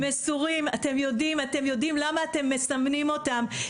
מסורים אתם יודעים אתם יודעים למה אתם מסמנים אותם,